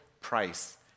price